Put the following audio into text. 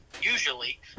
usually